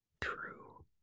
True